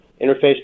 Interface